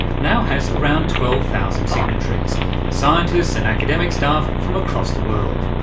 now has around twelve thousand signatories scientists and academic staff from across the world.